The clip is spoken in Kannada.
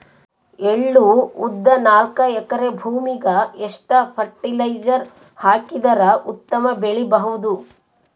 ಎಳ್ಳು, ಉದ್ದ ನಾಲ್ಕಎಕರೆ ಭೂಮಿಗ ಎಷ್ಟ ಫರಟಿಲೈಜರ ಹಾಕಿದರ ಉತ್ತಮ ಬೆಳಿ ಬಹುದು?